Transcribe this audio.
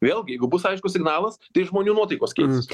vėlgi jeigu bus aiškus signalas tai žmonių nuotaikos keisis